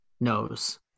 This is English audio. knows